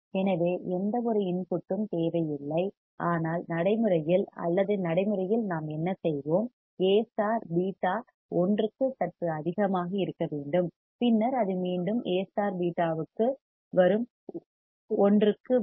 எனவே எந்தவொரு இன்புட்டும் தேவையில்லை ஆனால் நடைமுறையில் அல்லது நடைமுறையில் நாம் என்ன செய்வோம் A β ஒன்றுக்கு சற்று அதிகமாக இருக்க வேண்டும் பின்னர் அது மீண்டும் A β 1 க்கு வரும்